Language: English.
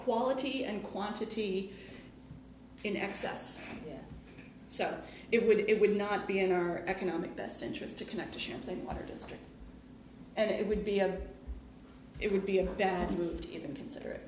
quality and quantity in access so it would it would not be in our economic best interest to connect to champlain either district and it would be a it would be a bad move to even consider it